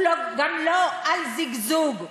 הוא גם לא על זיגזוג.